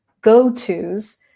go-tos